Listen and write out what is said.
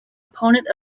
opponent